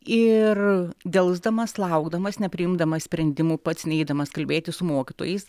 ir delsdamas laukdamas nepriimdamas sprendimų pats neidamas kalbėti su mokytojais